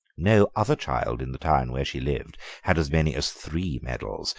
no other child in the town where she lived had as many as three medals,